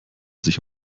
sich